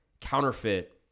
counterfeit